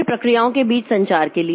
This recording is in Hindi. फिर प्रक्रियाओं के बीच संचार के लिए